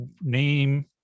name